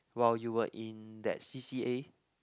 while you were in that c_c_a